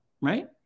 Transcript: right